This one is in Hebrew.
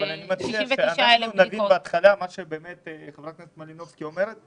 אני מציע שנבין בהתחלה את מה שח"כ מלינובסקי אומרת,